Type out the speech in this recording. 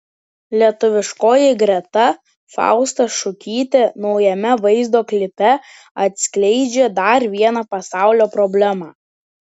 lietuviškoji greta fausta šukytė naujame vaizdo klipe atskleidžia dar vieną pasaulio problemą